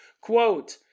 Quote